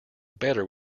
better